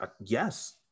Yes